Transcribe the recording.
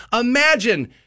Imagine